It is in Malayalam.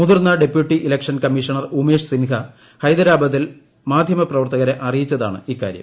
മുതിർന്ന deputy election commissioner Umesh Sinha ഹൈദരാബാദിൽ മാധ്യമപ്രവർത്തുകരെ അറിയിച്ചതാണ് ഇക്കാര്യം